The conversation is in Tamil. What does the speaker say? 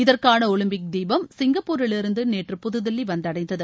இதற்கான ஒலிம்பிக் தீபம் சிங்கப்பூரிலிருந்து நேற்று புதுதில்லி வந்தடைந்தது